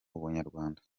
ubunyarwanda